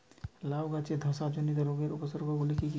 লাউ গাছের ধসা জনিত রোগের উপসর্গ গুলো কি কি?